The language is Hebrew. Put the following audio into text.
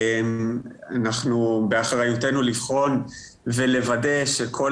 אנחנו באחריותנו לבחון ולוודא שכל